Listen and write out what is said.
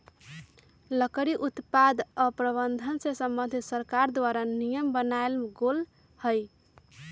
लकड़ी उत्पादन आऽ प्रबंधन से संबंधित सरकार द्वारा नियम बनाएल गेल हइ